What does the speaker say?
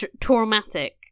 traumatic